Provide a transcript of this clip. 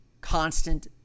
constant